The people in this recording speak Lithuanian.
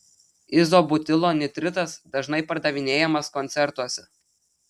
izobutilo nitritas dažnai pardavinėjamas koncertuose